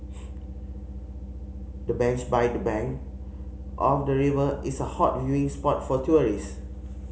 the bench by the bank of the river is a hot viewing spot for tourist